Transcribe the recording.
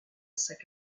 sac